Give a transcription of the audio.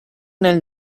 nel